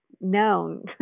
known